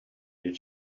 did